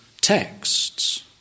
texts